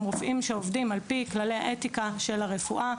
הם רופאים שעובדים על פי כללי האתיקה של הרפואה,